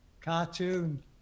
cartoon